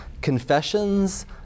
confessions